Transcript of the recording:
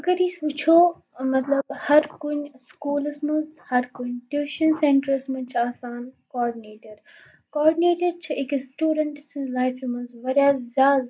اگر أسۍ وٕچھو مطلب ہر کُنہِ سکوٗلَس منٛز ہر کُنہِ ٹیوٗشَن سٮ۪نٹرَس منٛز چھِ آسان کاڈنیٹر کاڈنیٹر چھِ أکِس سٹوٗڈںٛٹ سٕنٛز لایفہِ منٛز واریاہ زیادٕ